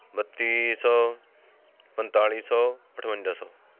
ਬੱਤੀ ਸੌ ਪੰਤਾਲੀ ਸੌ ਅਠਵੰਜਾ ਸੌ